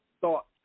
Thought